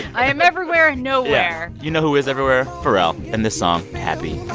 i am everywhere and nowhere you know who is everywhere? pharrell and the song happy.